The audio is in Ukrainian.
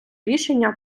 рішення